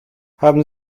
haben